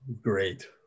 Great